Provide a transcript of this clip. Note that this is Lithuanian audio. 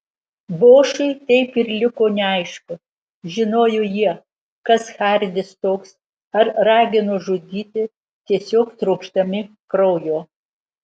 bošui taip ir liko neaišku žinojo jie kas hardis toks ar ragino žudyti tiesiog trokšdami kraujo